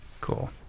Cool